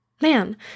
man